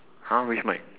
!huh! which mic